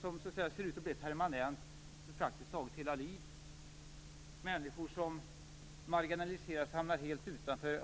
som ser ut att bli permanent för praktiskt taget hela livet. Människor som marginaliseras hamnar helt utanför.